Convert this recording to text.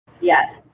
Yes